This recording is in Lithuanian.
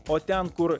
o ten kur